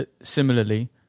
similarly